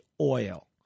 oil